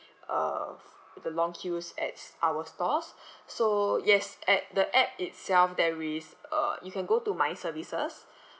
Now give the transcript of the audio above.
uh f~ the long queues at our stores so yes at the app itself there is uh you can go to my services